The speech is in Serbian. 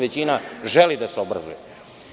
Većina želi da se obrazuje.